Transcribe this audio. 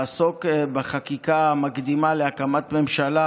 לעסוק בחקיקה המקדימה להקמת ממשלה,